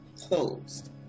closed